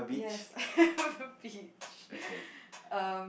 yes on the beach um